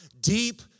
deep